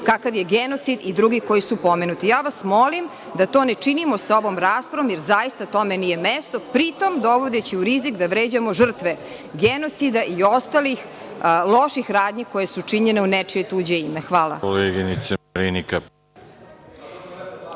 kakav je genocid i drugi koji su pomenuti. Ja vas molim da to ne činimo sa ovom raspravom, jer zaista tome nije mesto, pri tom dovodeći u rizik da vređamo žrtve genocida i ostalih loših radnji koje su činjene u nečije tuđe ime. Hvala.